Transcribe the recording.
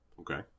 Okay